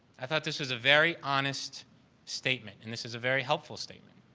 i thought this is a very honest statement and this is a very helpful statement.